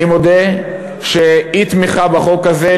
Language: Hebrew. אני מודה שאי-תמיכה בחוק הזה,